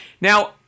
Now